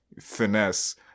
finesse